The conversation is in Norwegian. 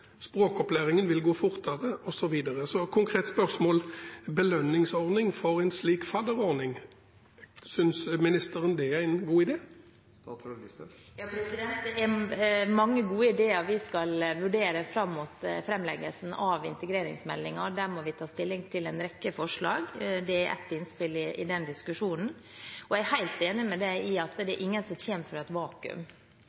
språkopplæringen vil gå fortere, osv.? Så det konkrete spørsmålet: Belønningsordning for en slik fadderordning, synes ministeren det er en god idé? Det er mange gode ideer vi skal vurdere fram mot framleggelsen av integreringsmeldingen, og der må vi ta stilling til en rekke forslag, og dette er ett innspill i den diskusjonen. Jeg er helt enig i at det er ingen som kommer fra et vakuum, men det